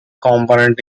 component